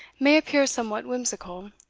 may appear somewhat whimsical,